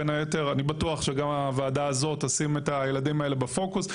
בין היתר אני בטוח שגם הוועדה הזו תשים את הילדים האלה בפוקוס,